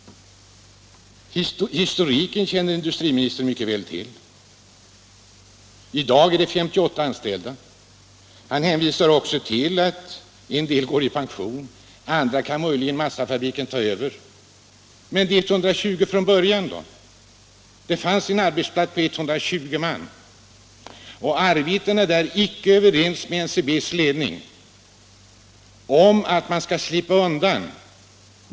Historiken känner industriministern mycket väl till. I dag är det 58 anställda. Industriministern hänvisar också till att massafabriken möjligen kan ta över en del. Men de 120 som fanns från början då? Det var en arbetsplats med 120 man, och arbetarna är icke överens med Nr 67 NCB:s ledning om att företaget skall slippa undan.